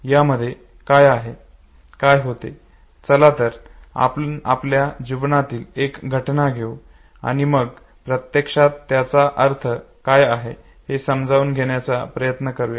यामध्ये काय होते चला तर आपण आपल्या जीवनातील एक घटना घेऊ आणि मग प्रत्यक्षात याचा अर्थ काय आहे हे समजून घेण्याचा प्रयत्न करूया